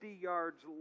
yards